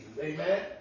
Amen